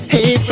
Hey